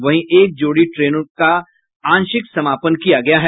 वहीं एक जोड़ी ट्रेनों का आंशिक समापन किया गया है